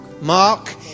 Mark